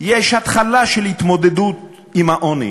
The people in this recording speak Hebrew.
יש התחלה של התמודדות עם העוני